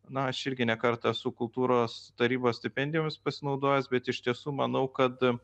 na aš irgi ne kartą esu kultūros tarybos stipendijomis pasinaudojęs bet iš tiesų manau kad